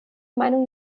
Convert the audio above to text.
meinung